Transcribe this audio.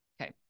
Okay